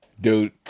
dude